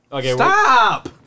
Stop